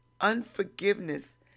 Unforgiveness